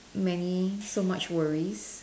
many so much worries